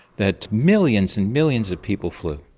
that millions and millions of people flew,